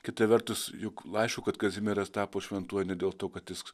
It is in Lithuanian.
kita vertus juk laišku kad kazimieras tapo šventuoju ne dėl to kad jis